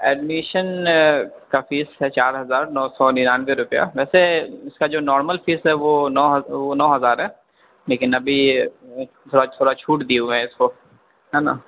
admission کا fees ہے چار ہزار نو سو ننانوے روپیہ ویسے اس کا جو نارمل فیس ہے وہ نو وہ نو ہزار ہے لیکن ابھی تھوڑا تھوڑا چھوٹ دئیے ہوئے میں اس کو ہے نا